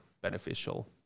beneficial